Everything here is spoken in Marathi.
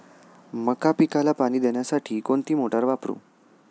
मका पिकाला पाणी देण्यासाठी कोणती मोटार वापरू?